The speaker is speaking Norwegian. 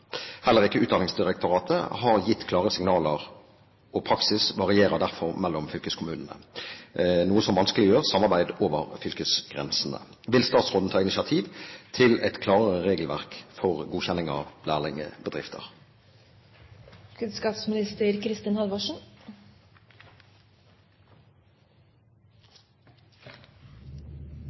Heller ikke Utdanningsdirektoratet har gitt klare signaler, og praksis varierer derfor mellom fylkeskommunene, som vanskeliggjør samarbeid over fylkesgrensene. Vil statsråden ta initiativ til et klarere regelverk for lærlingbedrifter?» Vilkår for godkjenning av